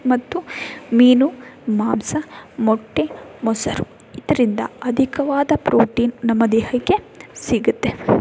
ಮತ್ತು ಮೀನು ಮಾಂಸ ಮೊಟ್ಟೆ ಮೊಸರು ಇದರಿಂದ ಅಧಿಕವಾದ ಪ್ರೋಟೀನ್ ನಮ್ಮ ದೇಹಕ್ಕೆ ಸಿಗುತ್ತೆ